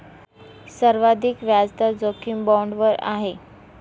सर्वाधिक व्याजदर जोखीम बाँडवर आहे